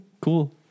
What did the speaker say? cool